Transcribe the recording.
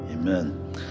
Amen